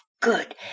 good